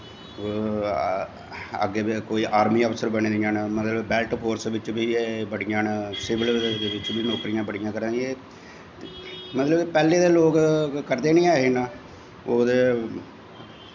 अग्गैं कोई आर्मी अफसर बनी दियां न मतलब बैल्ट फोर्स बिच्च बी एह् बड़ियां न सिवल दे बिच्च बी नौकरियां बड़ियां करै दियां एह् मतलब पैह्लें ते लोक करदे नी ऐ हे ओह् ते